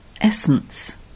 Essence